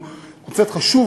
קונצרט חשוב,